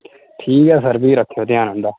ठीक ऐ सर भी रक्खेओ ध्यान इं'दा